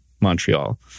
Montreal